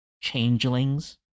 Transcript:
changelings